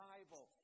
Bible